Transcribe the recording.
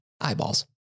Eyeballs